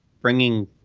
bringing